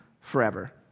forever